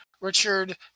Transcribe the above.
Richard